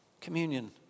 Communion